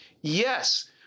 Yes